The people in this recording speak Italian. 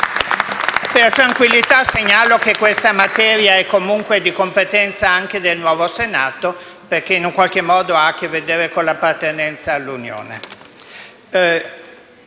Per tranquillità, segnalo che questa materia è comunque di competenza anche del nuovo Senato, perché in qualche modo ha a che vedere con l'appartenenza all'Unione